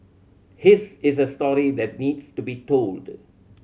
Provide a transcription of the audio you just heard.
his is a story that needs to be told